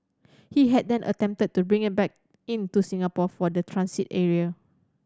he had then attempted to bring it back in to Singapore for the transit area